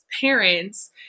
parents